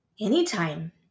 Anytime